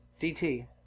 DT